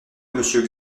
monsieur